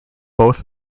both